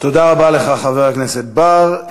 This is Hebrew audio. תודה רבה לך, חבר הכנסת בר.